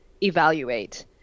evaluate